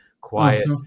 quiet